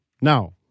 Now